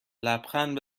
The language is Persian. لبخند